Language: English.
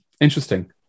interesting